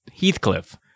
Heathcliff